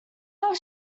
have